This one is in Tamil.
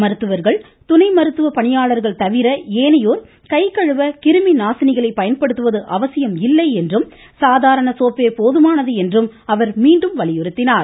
மருத்துவர்கள் துணை மருத்துவ பணியாளர்கள் தவிர பிற கைகழுவ கிருமி நாசினிகளை பயன்படுத்துவது அவசியம் இல்லை என்றும் சாதாரண சோப்பே போதுமானது என்றும் அவர் மீண்டும் வலியுறுத்தினார்